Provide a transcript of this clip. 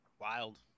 wild